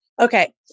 Okay